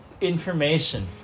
information